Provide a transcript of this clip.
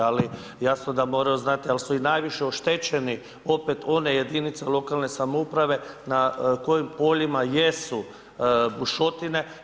Ali jasno da moraju znati, ali su i najviše oštećeni opet one jedinice lokalne samouprave na kojim poljima jesu bušotine.